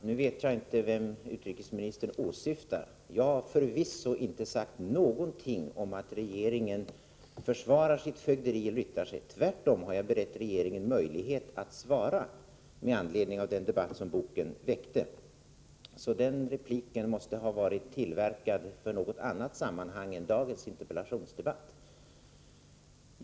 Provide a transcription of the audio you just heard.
Fru talman! Nu vet jag inte vem utrikesministern åsyftar. Jag har förvisso inte gjort några invändningar mot att regeringen försvarar sitt fögderi eller yttrar sig. Tvärtom har jag berett regeringen möjlighet att svara med anledning av den debatt som boken väckte. Utrikesministerns replik måste ha varit tillverkad för något annat sammanhang än dagens interpellationsdebatt.